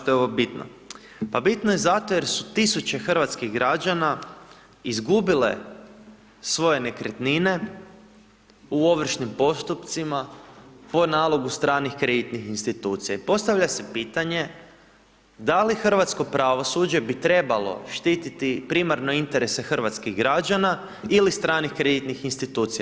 Pa bitno je zato jer su tisuće hrvatskih građana izgubile svoje nekretnine u ovršnim postupcima po nalogu stranih kreditnih institucija i postavlja se pitanje da li hrvatsko pravosuđe bi trebalo štititi primarno interese hrvatskih građana ili stranih kreditnih institucija?